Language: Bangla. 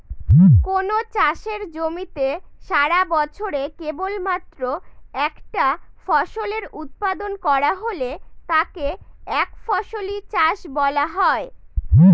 কোনো চাষের জমিতে সারাবছরে কেবলমাত্র একটা ফসলের উৎপাদন করা হলে তাকে একফসলি চাষ বলা হয়